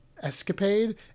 escapade